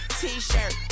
t-shirt